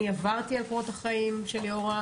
אני עברתי על קורות החיים של ליאורה,